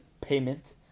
payment